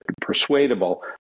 persuadable